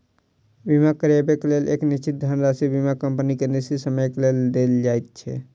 बीमा करयबाक लेल एक निश्चित धनराशि बीमा कम्पनी के निश्चित समयक लेल देल जाइत छै